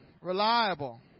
reliable